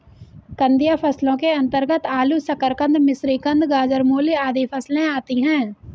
कंदीय फसलों के अंतर्गत आलू, शकरकंद, मिश्रीकंद, गाजर, मूली आदि फसलें आती हैं